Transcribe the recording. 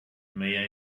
may